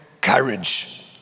courage